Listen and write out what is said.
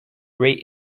great